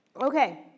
Okay